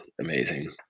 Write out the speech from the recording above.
amazing